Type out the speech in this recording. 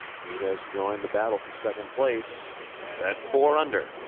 he has joined the battle for second place at four under.